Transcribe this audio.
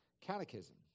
Catechism